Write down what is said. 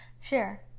Sure